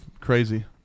crazy